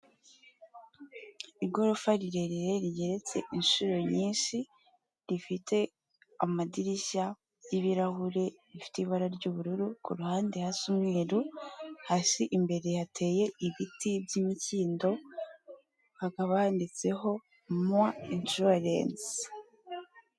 Igorofa rirerire rigereretse inshuro nyinshi, rifite amadirishya y'ibirahure bifite ibara ry'ubururu, ku ruhande hasa umweru, hasi imbere hateye ibiti by'imikindo hakaba handitseho mowa inshuwarense.